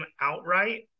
outright